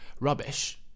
rubbish